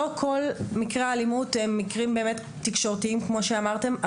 לא כל מקרי האלימות הם תקשורתיים כמו שאמרתם,